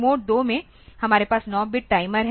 mode 2 में हमारे पास 9 बिट टाइमर है